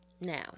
Now